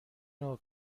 نوع